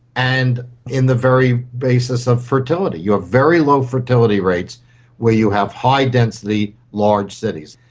and in the very basis of fertility. you have very low fertility rates where you have high density large cities.